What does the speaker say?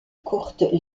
courte